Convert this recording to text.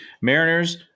Mariners